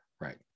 right